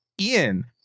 Ian